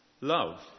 Love